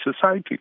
society